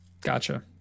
Gotcha